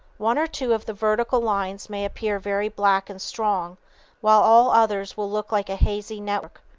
one or two of the vertical lines may appear very black and strong while all others will look like a hazy network.